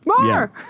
more